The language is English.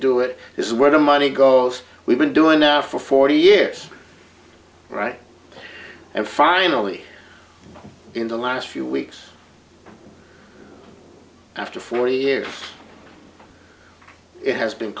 do it this is where the money goes we've been doing now for forty years right and finally in the last few weeks after forty years it has been